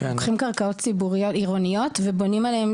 אנחנו לוקחים קרקעות שהן עירוניות ועליהן